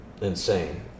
insane